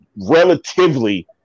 relatively